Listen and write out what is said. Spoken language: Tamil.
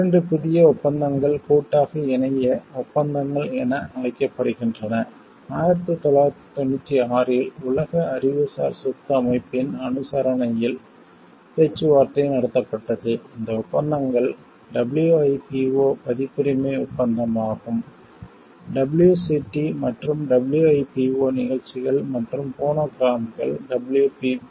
இரண்டு புதிய ஒப்பந்தங்கள் கூட்டாக இணைய ஒப்பந்தங்கள் என அழைக்கப்படுகின்றன 1996 இல் உலக அறிவுசார் சொத்து அமைப்பின் அனுசரணையில் பேச்சுவார்த்தை நடத்தப்பட்டது இந்த ஒப்பந்தங்கள் WIPO பதிப்புரிமை ஒப்பந்தம் ஆகும் WCT மற்றும் WIPO நிகழ்ச்சிகள் மற்றும் ஃபோனோகிராம்கள் WPPT